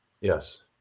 Yes